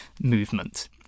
movement